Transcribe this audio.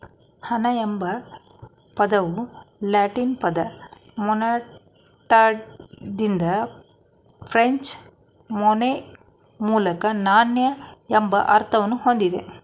ಹಣ ಎಂಬ ಪದವು ಲ್ಯಾಟಿನ್ ಪದ ಮೊನೆಟಾದಿಂದ ಫ್ರೆಂಚ್ ಮೊನ್ಯೆ ಮೂಲಕ ನಾಣ್ಯ ಎಂಬ ಅರ್ಥವನ್ನ ಹೊಂದಿದೆ